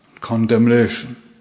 condemnation